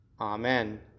Amen